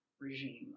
regime